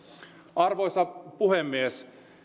arvoisa puhemies